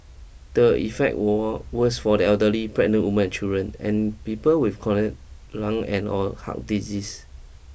the effect wall worse for the elderly pregnant woman and children and people with chronic lung and or heart disease